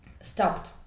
stopped